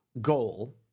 goal